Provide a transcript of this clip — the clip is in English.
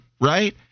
right